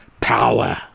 power